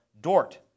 Dort